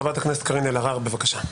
חברת הכנסת קארין אלהרר, בבקשה.